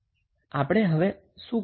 તો આપણે શું કરવાનું છે